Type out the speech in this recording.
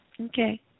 Okay